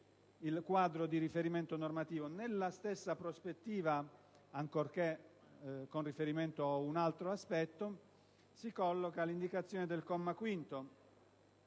il quadro di riferimento normativo. Nella stessa prospettiva, ancorché con riferimento ad un altro aspetto, si colloca l'indicazione del comma 5